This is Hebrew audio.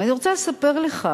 ואני רוצה לספר לך